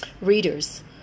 readers